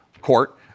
court